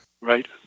Right